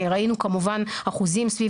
ראינו כמובן אחוזים סביב